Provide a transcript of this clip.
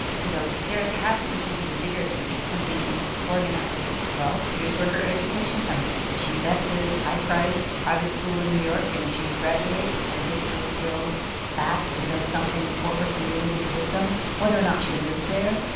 you know, there has to be something bigger than you, something organized well, here's where her education comes in. if she's at this high-priced private school in new york and she graduates and takes those skills back and does something for her community with them, whether or not she lives there,